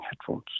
headphones